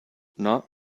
not